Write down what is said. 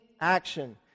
action